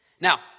Now